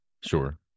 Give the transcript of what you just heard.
sure